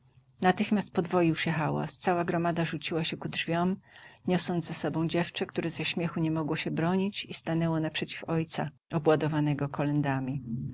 natychmiast podwoił się hałas cała gromada rzuciła się ku drzwiom niosąc ze sobą dziewczę które ze śmiechu nie mogło się bronić i stanęło naprzeciw ojca obładowanego kolędami